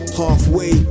halfway